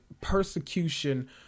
persecution